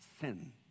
sin